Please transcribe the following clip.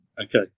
Okay